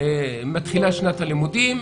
מתחילה שנת הלימודים.